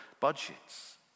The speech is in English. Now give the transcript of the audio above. budgets